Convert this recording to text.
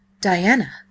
diana